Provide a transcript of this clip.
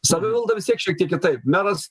savivalda vis tiek šiek tiek kitaip meras